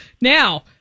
Now